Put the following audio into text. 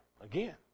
Again